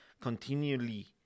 continually